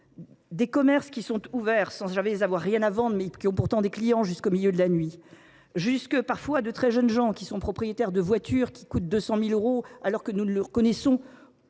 Des commerces ouverts sans avoir rien à vendre, mais qui ont pourtant des clients jusqu’au milieu de la nuit ; de très jeunes gens qui sont propriétaires de voitures qui coûtent 200 000 euros, alors que nous ne leur connaissons